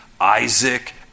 Isaac